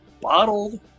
bottled